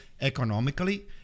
economically